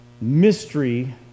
mystery